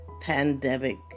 pandemic